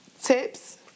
tips